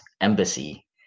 embassy